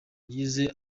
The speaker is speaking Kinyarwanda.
yagize